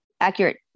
accurate